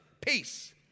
Peace